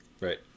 Right